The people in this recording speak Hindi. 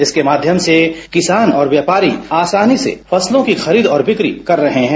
इसके माध्यम से किसान और व्यापारी आसानी से फसलों की खरीद और बिक्री कर रहे हैं